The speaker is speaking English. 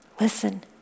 listen